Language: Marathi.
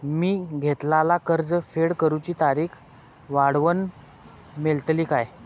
मी घेतलाला कर्ज फेड करूची तारिक वाढवन मेलतली काय?